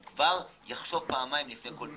הוא כבר יחשוב פעמיים לפני כל פעולה.